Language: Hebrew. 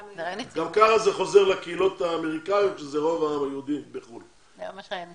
גם ככה זה חוזר לקהילות האמריקאיות שזה רוב העם היהודי בחוץ לארץ.